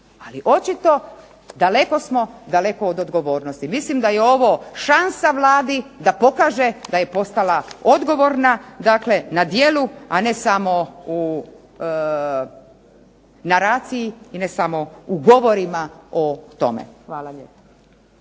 ali očito daleko smo, daleko od odgovornosti. Mislim da je ovo šansa Vladi da pokaže da je postala odgovorna dakle na djelu a ne samo na raciji i ne samo u govorima o tome. Hvala lijepa.